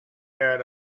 heard